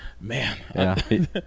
Man